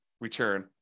return